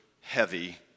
heavy